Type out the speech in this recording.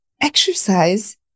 exercise